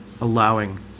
allowing